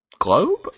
globe